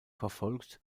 verfolgt